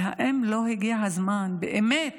האם לא הגיע הזמן באמת